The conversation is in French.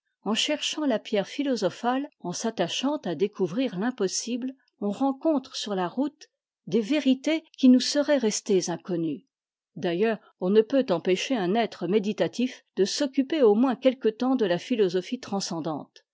en cherchant la pierre philosophale en s'attachant à découvrir l'impossible on rencontre sur la route des vérités qui nous seraient restées inconnues d'aitteurs on ne peut empêcher un être méditatif de s'occuper au moins quelque temps de la philosophie transcendante